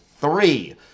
three